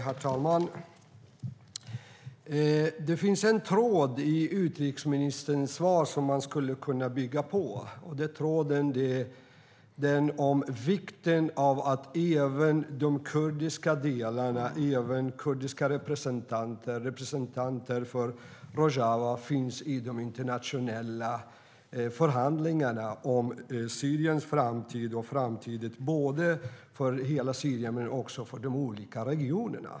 Herr talman! Det finns en tråd i utrikesministerns svar som man skulle kunna bygga på, den om vikten av att även de kurdiska delarna, kurdiska representanter, representanter för Rojava, finns med i de internationella förhandlingarna om både Syriens framtid och framtiden för de olika regionerna.